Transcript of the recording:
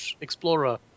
explorer